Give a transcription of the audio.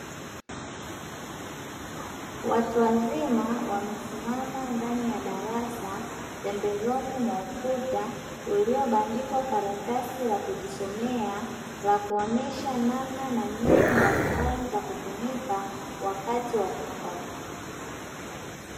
Watu wazima wamesimama ndani ya darasa, pembezoni kwa ukuta uliobandikwa karatasi la kujisomea la kuonyesha namna na nyezo mbalimbali za kutumika wakati wa kusoma.